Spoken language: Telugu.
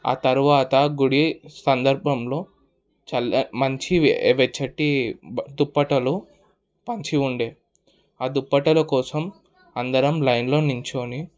ఆ తరువాత గుడి సందర్భంలో చ మంచి వెచ్చటి దుప్పటలు పంచి ఉండే ఆ దుప్పటల కోసం అందరం లైన్లోనే నించోని